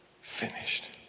finished